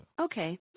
Okay